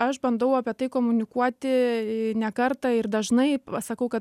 aš bandau apie tai komunikuoti ne kartą ir dažnai pasakau kad